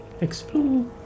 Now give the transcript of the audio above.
explore